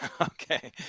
Okay